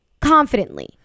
confidently